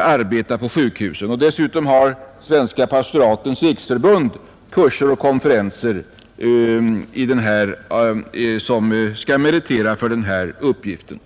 arbeta på sjukhusen, och dessutom har Svenska pastoratens riksförbund kurser och konferenser som skall meritera för den här uppgiften.